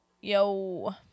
Yo